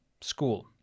school